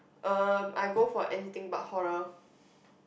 erm I go for anything but horror